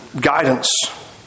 guidance